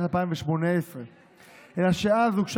עלי סלאלחה, איננו.